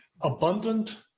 abundant